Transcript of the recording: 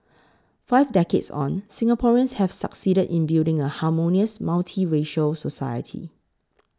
five decades on Singaporeans have succeeded in building a harmonious multiracial society